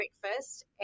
breakfast